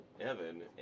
evan